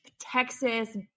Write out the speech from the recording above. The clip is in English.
Texas